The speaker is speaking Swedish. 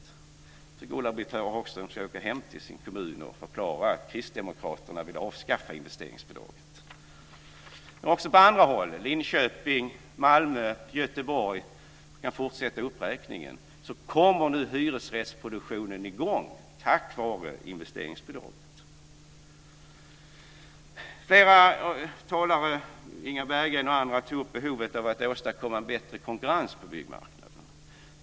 Jag tycker att Ulla-Britt Hagström ska åka hem till sin kommun och förklara att Kristdemokraterna vill avskaffa investeringsbidraget. Även på andra håll, såsom Linköping, Malmö och Flera talare, bl.a. Inga Berggren, har tagit upp behovet av att åstadkomma en bättre konkurrens på byggmarknaden.